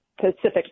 Pacific